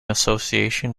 association